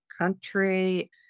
country